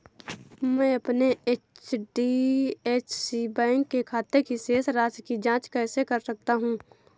मैं अपने HDFC bank के खाते की शेष राशि की जाँच कैसे कर सकता हूँ?